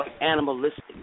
animalistic